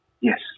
yes